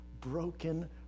broken